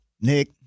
Nick